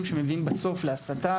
שמביאים להסתה,